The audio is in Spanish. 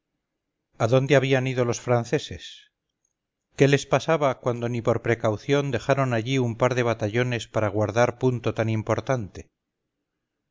a dónde habían ido los franceses qué les pasaba cuando ni por precaución dejaron allí un par de batallones para guardar punto tan importante